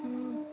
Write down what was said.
ହଁ